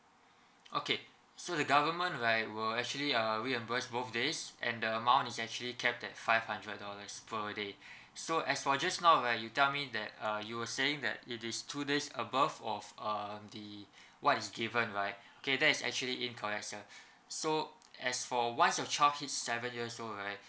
okay so the government right will actually err reimburse both days and the amount is actually capped at five hundred dollars per day so a as for just now right you tell me that uh you were saying that it is two days above of um the what is given right kay~ that is actually incorrect sir so as for once your child hits seven years old right